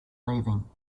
leaving